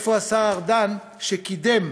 איפה השר ארדן שקידם